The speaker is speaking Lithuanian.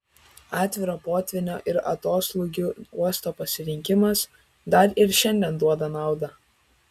atviro potvynių ir atoslūgių uosto pasirinkimas dar ir šiandien duoda naudą